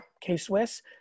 K-Swiss